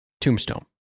Tombstone